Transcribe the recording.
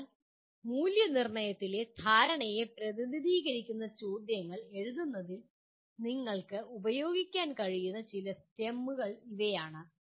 അതിനാൽ നിങ്ങളുടെ മൂല്യനിർണ്ണയത്തിലെ ധാരണയെ പ്രതിനിധീകരിക്കുന്ന ചോദ്യങ്ങൾ എഴുതുന്നതിൽ നിങ്ങൾക്ക് ഉപയോഗിക്കാൻ കഴിയുന്ന ചില STEMS ഇവയാണ്